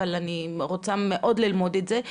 אבל אני רוצה מאוד ללמוד את זה,